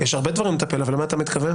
יש הרבה דברים לטפל, אבל למה אתה מתכוון?